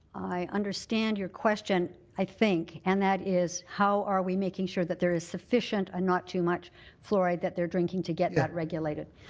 i understand your question. i think. and that is how are we making sure that there is sufficient and not too much fluoride that they're drinking to get that regulated?